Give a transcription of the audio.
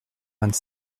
vingt